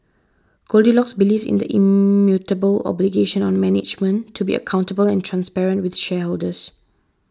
goldilocks believes in the immutable obligation on management to be accountable and transparent with shareholders